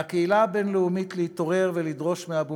על הקהילה הבין-לאומית להתעורר ולדרוש מאבו